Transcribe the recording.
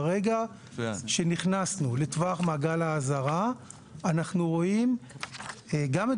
ברגע שנכנסנו לטווח מעגל האזהרה אנחנו רואים גם את